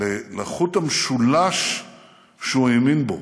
לחוט המשולש שהוא האמין בו,